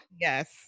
yes